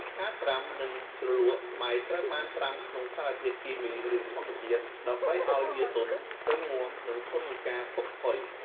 ការត្រាំ និងជ្រលក់ ស្បែកត្រូវបានត្រាំក្នុងសារធាតុគីមី ឬធម្មជាតិ ដើម្បីឲ្យវាទន់ រឹងមាំ និងធន់នឹងការពុកផុយ។